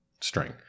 string